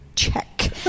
check